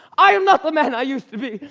i am not the man i used to be.